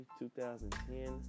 2010